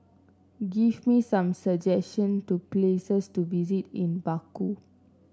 give me some suggestions for places to visit in Baku